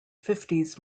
fifties